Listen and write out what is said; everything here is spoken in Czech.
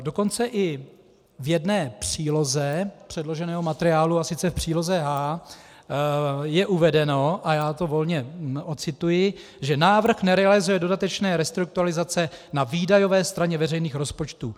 Dokonce i v jedné příloze materiálu, a sice v příloze H, je uvedeno, a já to volně odcituji, že návrh nerealizuje dodatečné restrukturalizace na výdajové straně veřejných rozpočtů.